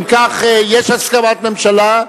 אם כך, יש הסכמת ממשלה,